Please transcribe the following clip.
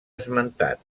esmentat